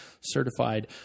certified